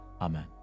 amen